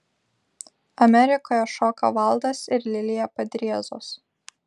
amerikoje šoka valdas ir lilija padriezos